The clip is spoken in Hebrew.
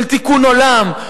של תיקון עולם,